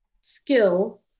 skill